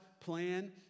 plan